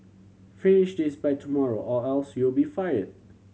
finish this by tomorrow or else you'll be fire